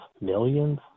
millions